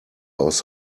aus